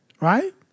Right